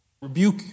rebuke